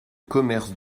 commerce